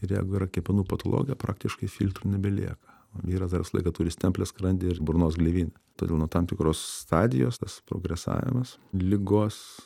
ir jeigu yra kepenų patologija praktiškai filtrų nebelieka vyras dar visą laiką turi stemplę skrandį ir burnos gleivinę todėl nuo tam tikros stadijos tas progresavimas ligos